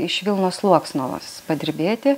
iš vilnos sluoksnos padirbėti